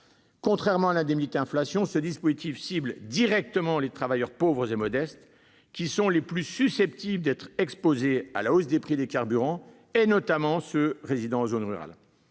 Contrairement à l'indemnité inflation, ce dispositif ciblerait directement les travailleurs pauvres et modestes, qui sont les plus susceptibles d'être exposés à la hausse des prix des carburants, notamment ceux qui résident en zone rurale.